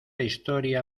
historia